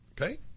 Okay